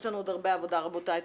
יש לנו עוד הרבה עבודה, רבותיי.